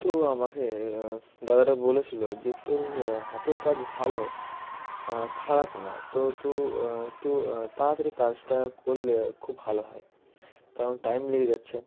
তো আমাকে দাদাটা বলেছিলো যে তোর হাতের কাজ ভালো খারাপ না তো তোর একটু তাড়াতাড়ি কাজটা করলে খুব ভালো হয় কারণ টাইম লেগে যাচ্ছে